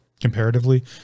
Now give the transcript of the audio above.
comparatively